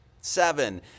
Seven